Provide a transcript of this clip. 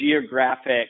geographic